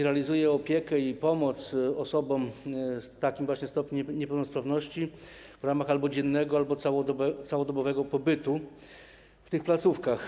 Realizuje się opiekę i pomoc osobom z takim właśnie stopniem niepełnosprawności w ramach albo dziennego, albo całodobowego pobytu w tych placówkach.